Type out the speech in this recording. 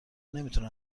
نمیتونن